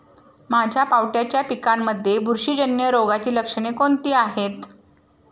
माझ्या पावट्याच्या पिकांमध्ये बुरशीजन्य रोगाची लक्षणे कोणती आहेत?